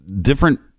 different